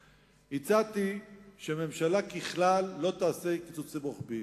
הצעתי שממשלה ככלל לא תעשה קיצוצים רוחביים,